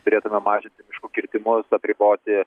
turėtume mažinti miško kirtimus apriboti